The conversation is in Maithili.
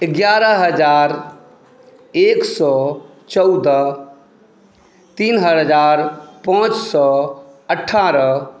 ग्यारह हज़ार एक सए चौदह तीन हज़ार पाँच सए अठारह